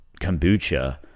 kombucha